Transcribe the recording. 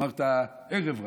אמרת ערב רב,